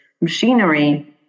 machinery